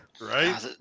Right